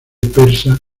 persa